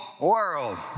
world